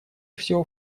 всего